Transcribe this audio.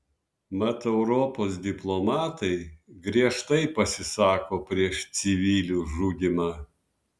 mat europos diplomatai griežtai pasisako prieš civilių žudymą